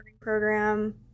Program